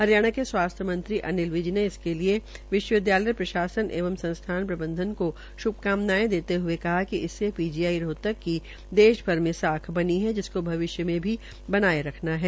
हरियाणा के स्वास्थ्य मंत्री श्री अनिल विज ने इसके लिये विश्वविदयालय प्रशासन एवं संस्थान प्रबंधन को श्भकामनायें देते हये कहा कि इससे पीजीआई रोहतक की देश भर में साख बनी है जिसको भविष्य में भी बनाये रखना है